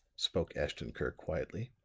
spoke ashton-kirk quietly.